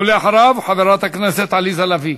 ואחריו חברת הכנסת עליזה לביא.